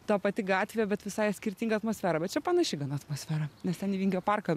ta pati gatvė bet visai skirtinga atmosfera bet čia panaši gana atmosfera nes ten į vingio parką